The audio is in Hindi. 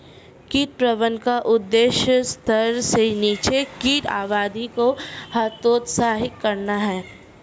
कीट प्रबंधन का उद्देश्य स्तर से नीचे कीट आबादी को हतोत्साहित करना है